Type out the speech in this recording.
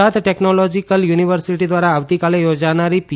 Gujarat Technological University દ્વારા આવતીકાલે યોજાનારી પી